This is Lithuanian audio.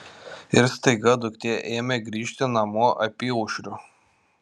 ir staiga duktė ėmė grįžti namo apyaušriu